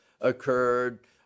occurred